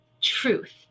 truth